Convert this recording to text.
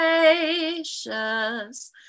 gracious